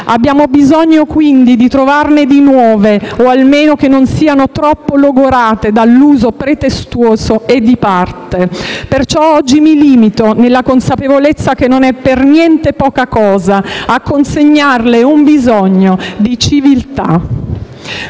Abbiamo bisogno, quindi, di trovarne di nuove o, almeno, che non siano troppo logorate dall'uso pretestuoso e di parte. Perciò oggi mi limito, nella consapevolezza che non è per niente poca cosa, a consegnarle, signor Presidente,